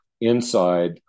inside